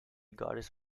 goddess